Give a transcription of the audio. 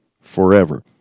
forever